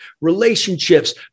relationships